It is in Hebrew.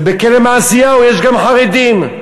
ובכלא "מעשיהו" יש גם חרדים?